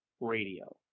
radio